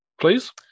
Please